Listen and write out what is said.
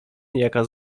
niejaka